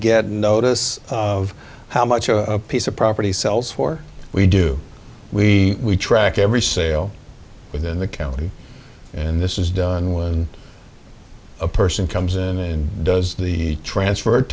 get notice of how much a piece of property sells for we do we track every sale within the county and this is done when a person comes in and does the transfer